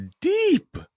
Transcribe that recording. deep